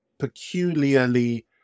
peculiarly